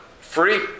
free